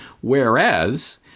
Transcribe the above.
Whereas